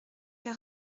cent